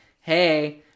hey